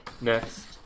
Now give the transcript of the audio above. Next